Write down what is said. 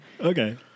Okay